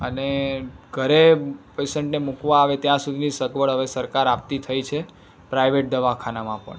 અને ઘરે પેશન્ટને મૂકવા આવે ત્યાં સુધીની સગવડ હવે સરકાર આપતી થઈ છે પ્રાઇવેટ દવાખાનામાં પણ